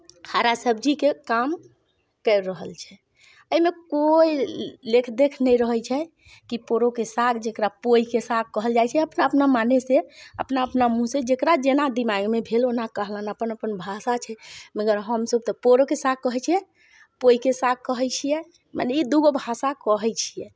हरा सब्जीके काम करि रहल छै एहिमे कोइ लेख देख नहि रहैत छै कि पोरोके साग जकरा पोइके साग कहल जाइत छै अपना अपना मानेसँ अपना अपना मुँहसँ जकरा जेना दिमागमे भेल ओना कहलनि अपन अपन भाषा छै मगर हमसभ तऽ पोरोके साग कहैत छियै पोइके साग कहैत छियै मने ई दूगो भाषा कहैत छियै